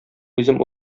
үзем